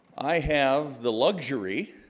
i have the luxury